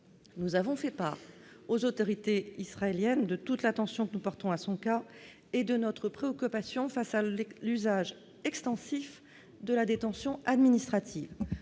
nous avons fait part aux autorités israéliennes de toute l'attention que nous portons à son cas et de notre préoccupation face à l'usage extensif de la détention administrative,